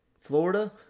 florida